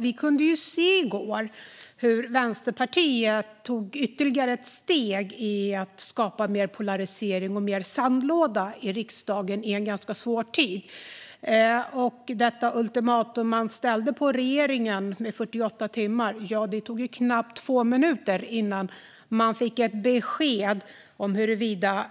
Vi kunde i går se hur Vänsterpartiet i en ganska svår tid tog ytterligare ett steg i att skapa mer polarisering och mer sandlåda i riksdagen. Man ställde ultimatum till regeringen att svara inom 48 timmar. Det tog knappt två minuter innan man fick ett besked om huruvida